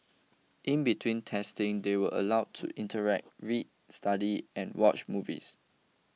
in between testing they were allowed to interact read study and watch movies